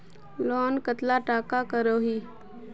Loan कतला टाका करोही?